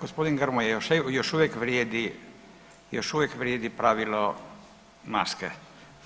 Gospodin Grmoja još uvijek vrijedi, još uvijek vrijedi pravilo maske